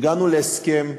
הגענו להסכם,